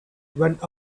went